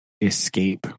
escape